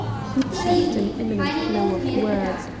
he checked an imminent flow of words,